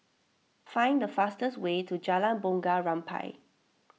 find the fastest way to Jalan Bunga Rampai